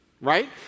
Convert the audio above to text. right